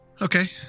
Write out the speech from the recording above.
Okay